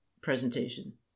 presentation